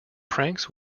pranks